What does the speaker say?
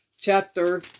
chapter